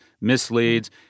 misleads